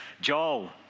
Joel